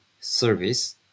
service